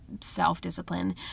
self-discipline